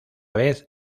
vez